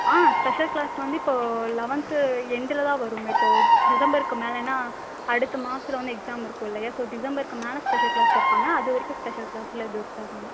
ஆ special class வந்து இப்போது eleventh எண்டில் தான் வரும்ங்க இப்போது டிசம்பருக்கு மேலேன்னா அடுத்த மாசத்தில் வந்து எக்ஸாம் இருக்கும் இல்லையா ஸோ டிசம்பருக்கு மேலே ஸ்பெஷல் க்ளாஸ் வைப்பாங்க அது வரைக்கும் ஸ்பெஷல் கிளாஸ்லாம் எதுவும் இருக்காதுங்க